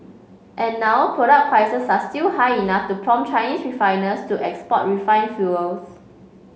and now product prices are still high enough to prompt Chinese refiners to export refined fuels